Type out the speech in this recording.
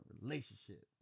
relationship